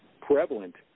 prevalent